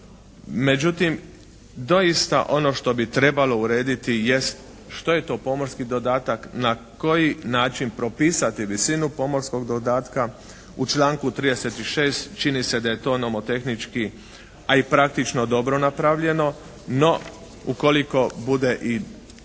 međutim doista ono što bi trebalo urediti jest što je to pomorski dodatak, na koji način propisati visinu pomorskog dodatka. U članku 36. čini se da je to nomotehnički, a i praktično dobro napravljeno, no ukoliko bude i